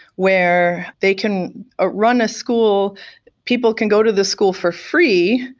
where they can ah run a school people can go to the school for free,